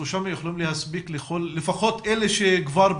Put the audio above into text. הסכום הזה יכול להספיק לפחות לאלה שכבר ביקשו?